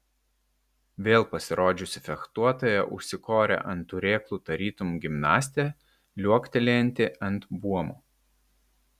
vėl pasirodžiusi fechtuotoja užsikorė ant turėklų tarytum gimnastė liuoktelėjanti ant buomo